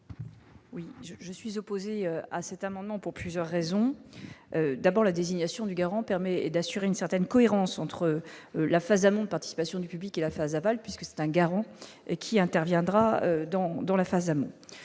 Oui je je suis opposé à cet amendement pour plusieurs raisons : d'abord la désignation du garant permet d'assurer une certaine cohérence entre la phase amont participation du public et la phase aval puisque c'est un garant et qui interviendra dans dans la phase amour